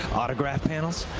autograph panels.